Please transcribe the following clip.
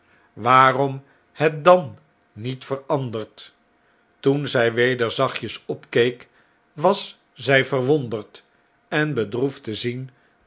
waarom het dan niet veranderd toen zij weder zachtjes opkeek was zfl verwonderd en bedroefd te zien